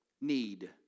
need